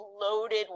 loaded